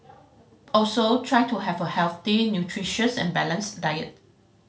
also try to have a healthy nutritious and balanced diet